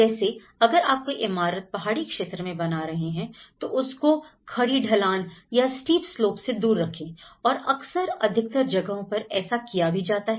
जैसे अगर आप कोई इमारत पहाड़ी क्षेत्र में बना रहे हैं तो उसको खड़ी ढलान या स्टीप स्लोप्स से दूर रखें और अक्सर अधिकतर जगहों पर ऐसा किया भी जाता है